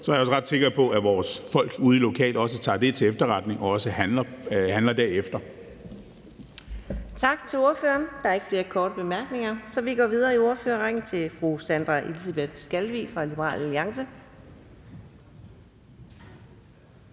er jeg ret sikker på, at vores folk ude lokalt også tager det til efterretning og også handler derefter. Kl. 14:35 Anden næstformand (Karina Adsbøl): Tak til ordføreren. Der er ikke flere korte bemærkninger, så vi går videre i ordførerrækken til fru Sandra Elisabeth Skalvig fra Liberal Alliance.